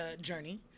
journey